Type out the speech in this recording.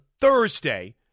Thursday